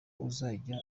uzajya